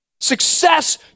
Success